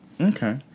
okay